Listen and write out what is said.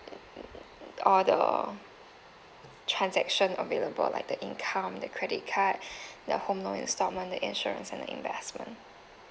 all the transaction available like the income the credit card the home loan instalment the insurance and the investment